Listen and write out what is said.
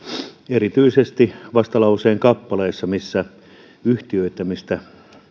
erityisesti sitä mietinnön kappaletta missä yhtiöittämistä